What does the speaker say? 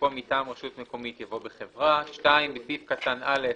במקום "מטעם רשות מקומית" יבוא "בחברה"; (2)בסעיף קטן (א),